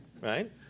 right